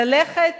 ללכת